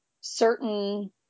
certain